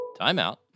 Timeout